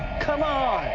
come on!